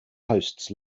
hosts